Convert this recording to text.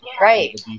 right